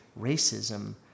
racism